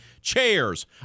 chairs